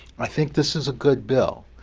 i think this is a good bill.